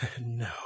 No